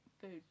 food